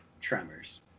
Tremors